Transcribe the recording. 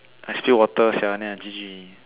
I steal water sia then I G_G already